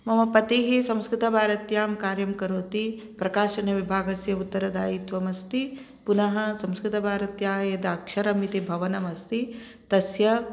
मम पतिः संस्कृतभारत्यां कार्यं करोति प्रकाशनविभागस्य उत्तरदायित्त्वम् अस्ति पुनः संस्कृतभारत्याः यद् अक्षरमिति भवनमस्ति तस्य